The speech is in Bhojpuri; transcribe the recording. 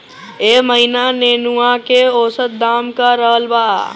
एह महीना नेनुआ के औसत दाम का रहल बा?